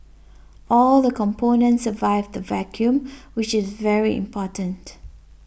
all the components survived vacuum which is very important